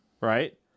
right